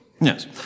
Yes